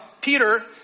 Peter